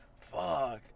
fuck